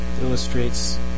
illustrates